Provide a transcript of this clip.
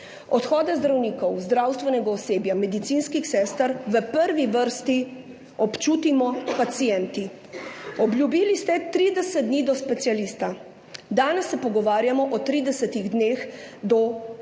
Odhode zdravnikov, zdravstvenega osebja, medicinskih sester v prvi vrsti občutimo pacienti. Obljubili ste 30 dni do specialista. Danes se pogovarjamo o 30 dneh do osebnega